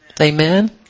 Amen